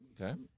Okay